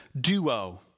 duo